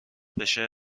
بشه